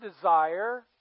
desire